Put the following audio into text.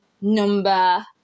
number